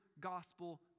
gospel